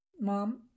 Mom